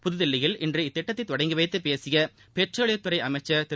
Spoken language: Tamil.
புதுதில்லியில் இன்று இத்திட்டத்தை தொடங்கி வைத்து பேசிய பெட்ரோலியத்துறை அமைச்சர் திரு